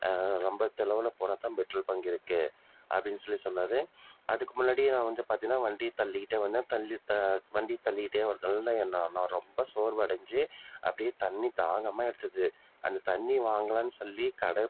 ரொம்ப தொலைவில் போனால் தான் பெட்ரோல் பங்க் இருக்குது அப்படின்னு சொல்லி சொன்னார் அதுக்கு முன்னாடியே நான் வந்து பார்த்தீங்கன்னா வண்டியை தள்ளிக்கிட்டே வந்தேன் தள்ளி வண்டியை தள்ளிக்கிட்டே வந்த நான் ரொம்ப சோர்வடைஞ்சு அப்படியே தண்ணி தாகமாக எடுத்தது அந்த தண்ணி வாங்கலாம்னு சொல்லி கடை